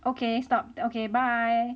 okay stopped okay bye